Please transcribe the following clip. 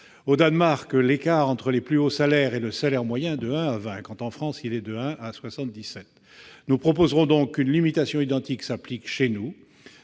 Au Danemark, l'écart entre les plus hauts salaires et le salaire moyen est de 1 à 20, quand, en France, il est de 1 à 77. Nous proposons qu'une limitation identique s'applique dans notre